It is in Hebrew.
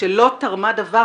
שלא תרמה דבר,